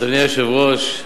אדוני היושב-ראש,